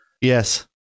yes